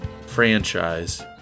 franchise